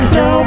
no